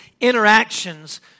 interactions